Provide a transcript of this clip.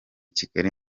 kigali